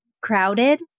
crowded